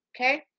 Okay